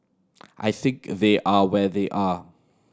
I think they are where they are